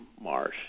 Marsh